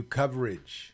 coverage